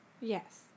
Yes